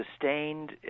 sustained